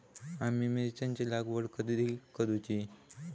आम्ही मिरचेंची लागवड कधी करूची?